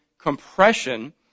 compression